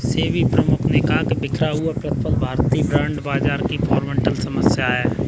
सेबी प्रमुख ने कहा कि बिखरा हुआ प्रतिफल भारतीय बॉन्ड बाजार की फंडामेंटल समस्या है